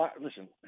listen